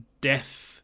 death